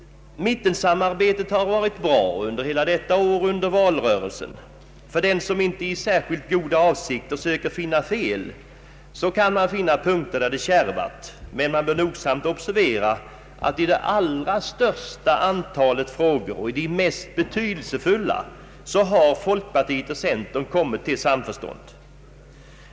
Mittensamarbetet har varit bra under hela detta år och under valrörelsen. Den som i inte särskilt goda avsikter söker finna fel kan finna punkter där det kärvat, men man bör nogsamt observera att i det allra största antalet frågor — och i de mest betydelsefulla — har folkpartiet och centern kommit till samförstånd.